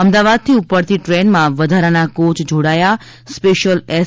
અમદાવાદથી ઉપડતી ટ્રેનમાં વધારાના કોચ જોડાયા સ્પેશ્યલ એસ